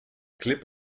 klipp